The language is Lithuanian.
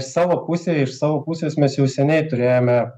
savo pusėj iš savo pusės mes jau seniai turėjome